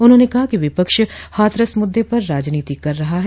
उन्होंने कहा कि विपक्ष हाथरस मुद्दे पर राजनीति कर रहा है